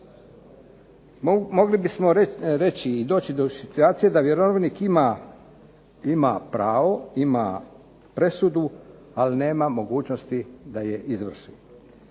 Mogli bismo reći i doći do situacije da vjerovnik ima pravo, ima presudu, ali nema mogućnosti da je izvrši.